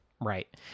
right